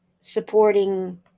Supporting